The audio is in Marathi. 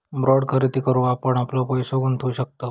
बाँड खरेदी करून आपण आपलो पैसो गुंतवु शकतव